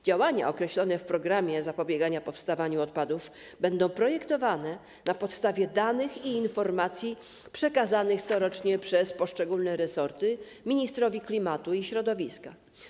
Działania określone w programie zapobiegania powstawaniu odpadów będą projektowane na podstawie danych i informacji przekazywanych corocznie przez poszczególne resorty ministrowi klimatu i środowiska.